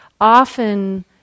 often